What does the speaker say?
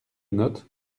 note